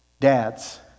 Dads